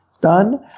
done